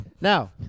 Now